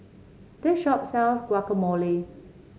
this shop sells Guacamole